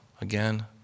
again